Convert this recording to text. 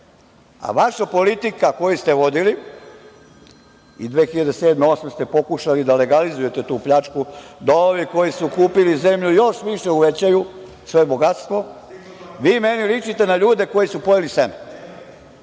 a vaša politika koju ste vodili, 2007, 2008. godine ste pokušali da legalizujete tu pljačku, da ovi koji su kupili zemlju još više uvećaju svoje bogatstvo. Vi meni ličite na ljude koji su pojeli seme,